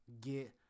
get